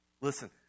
Listen